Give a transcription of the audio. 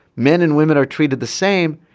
men and women are treated the same.